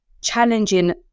challenging